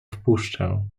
wpuszczę